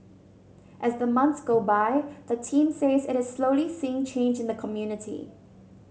as the months go by the team says it is slowly seeing change in the community